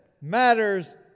matters